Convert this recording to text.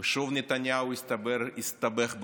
שוב נתניהו הסתבך בפלילים,